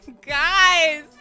guys